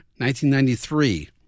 1993